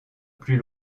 plus